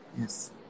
Yes